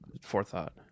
forethought